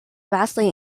vastly